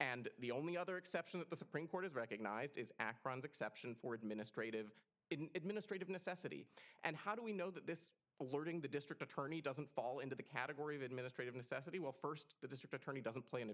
and the only other exception that the supreme court has recognized is act runs exception for administrative it ministry of necessity and how do we know that this alerting the district attorney doesn't fall into the category of administrative necessity well first the district attorney doesn't play an